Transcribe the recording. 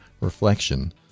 reflection